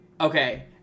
Okay